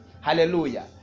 hallelujah